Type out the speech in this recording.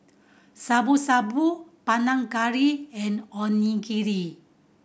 Shabu Shabu Panang Curry and Onigiri